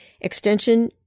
Extension